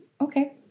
Okay